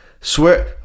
Swear